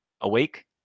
awake